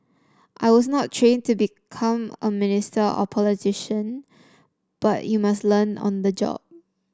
I was not trained to become a minister or politician but you must learn on the job